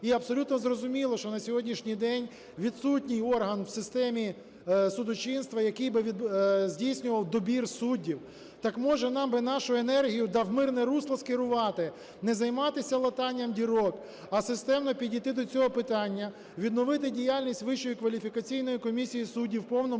І абсолютно зрозуміло, що на сьогоднішній день відсутній орган в системі судочинства, який би здійснював добір суддів. Так, може, нам би нашу енергію та в мирне русло скерувати? Не займатися латанням дірок, а системно підійти до цього питання, відновити діяльність Вищої кваліфікаційної комісії суддів в повному